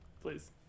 please